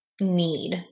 need